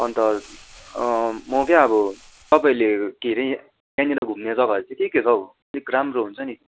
अन्त म क्या अब तपाईँले के हरे यहाँनेर घुम्ने जगाहरू चाहिँ के के छ हौ अलिक राम्रो हुन्छ नि